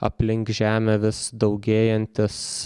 aplink žemę vis daugėjantis